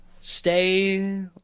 stay